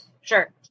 Sure